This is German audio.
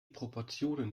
proportionen